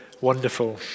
wonderful